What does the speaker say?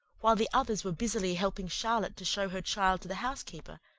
while the others were busily helping charlotte to show her child to the housekeeper,